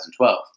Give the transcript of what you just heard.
2012